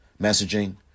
messaging